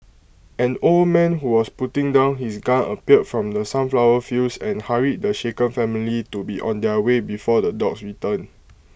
an old man who was putting down his gun appeared from the sunflower fields and hurried the shaken family to be on their way before the dogs return